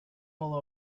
will